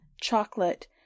chocolate